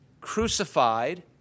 crucified